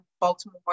Baltimore